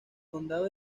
condado